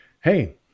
Hey